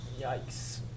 Yikes